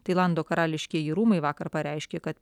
tailando karališkieji rūmai vakar pareiškė kad